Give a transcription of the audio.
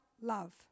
love